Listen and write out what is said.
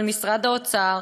על משרד האוצר,